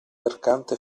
mercante